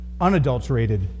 unadulterated